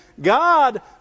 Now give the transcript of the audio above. God